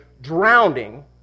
drowning